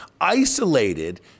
isolated